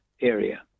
area